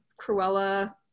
Cruella